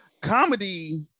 comedy